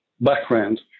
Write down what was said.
background